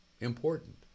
important